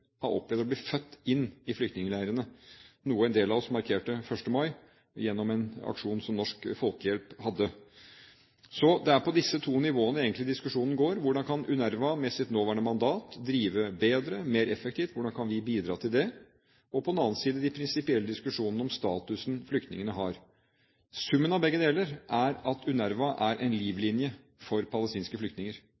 har opplevd å bli født inn i flyktningleirene – noe en del av oss markerte 1. mai gjennom en aksjon som Norsk Folkehjelp hadde. Så det er på disse to nivåene egentlig diskusjonen går: Hvordan kan UNRWA med sitt nåværende mandat drive bedre, mer effektivt, og hvordan kan vi bidra til det? Og på den andre siden de prinsipielle diskusjonene om statusen flyktningene har. Summen av begge deler er at UNRWA er en